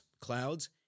clouds